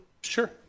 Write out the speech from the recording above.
Sure